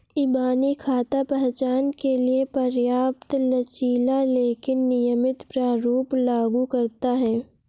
इबानी खाता पहचान के लिए पर्याप्त लचीला लेकिन नियमित प्रारूप लागू करता है